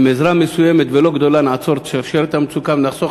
עם עזרה מסוימת ולא גדולה נעצור את שרשרת המצוקה ונחסוך